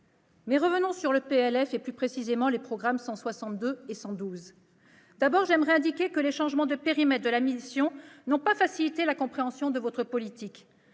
Mais revenons au projet de loi de finances, plus précisément aux programmes 162 et 112. D'abord, j'aimerais indiquer que les changements de périmètre de la mission n'ont pas facilité la compréhension de votre politique.